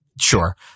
sure